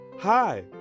hi